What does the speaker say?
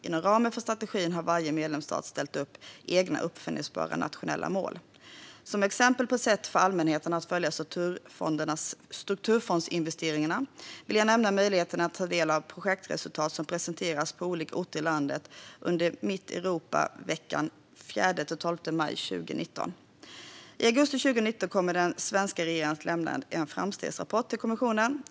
Inom ramen för strategin har varje medlemsstat ställt upp egna uppföljningsbara nationella mål. Som exempel på ett sätt för allmänheten att följa strukturfondsinvesteringarna vill jag nämna möjligheten att ta del av projektresultat som presenteras på olika orter i landet under Mitt Europa-veckan 4-12 maj 2019. I augusti 2019 kommer den svenska regeringen att lämna en framstegsrapport till kommissionen.